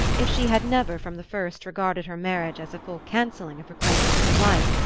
if she had never, from the first, regarded her marriage as a full cancelling of her claims upon life,